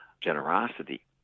generosity